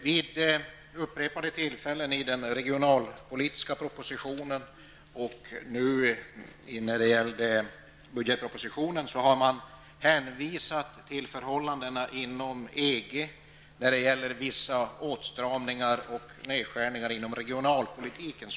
Vid upprepade tillfällen i den regionalpolitiska propositionen och i budgetpropositionen hänvisas till förhållandena inom EG när det gäller vissa åtstramningar och nedskärningar inom regionalpolitiken.